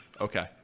Okay